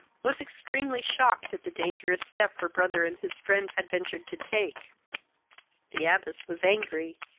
was extremely shocked at the dangerous step her brother and his friend had ventured to take the abbess was angry,